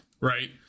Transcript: right